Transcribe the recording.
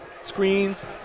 screens